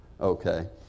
Okay